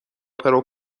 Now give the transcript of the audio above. پرو